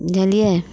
बुझलियै